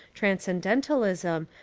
transcendentalism,